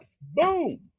Boom